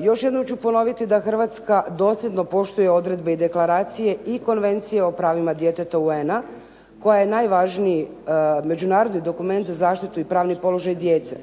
još jednom ću ponoviti da Hrvatska dosljedno poštuje odredbe i deklaracije i Konvencije o pravima djeteta UN-a koja je najvažniji međunarodni dokument za zaštitu i pravni položaj djece.